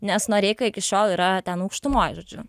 nes noreika iki šiol yra ten aukštumoj žodžiu